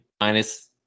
minus